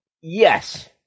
Yes